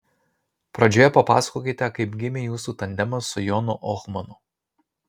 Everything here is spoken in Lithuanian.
pradžioje papasakokite kaip gimė jūsų tandemas su jonu ohmanu